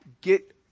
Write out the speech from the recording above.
get